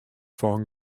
fan